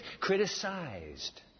criticized